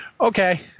Okay